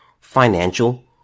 financial